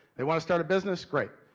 they want to start a business? great.